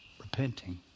repenting